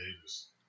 Davis